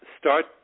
start